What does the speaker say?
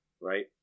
right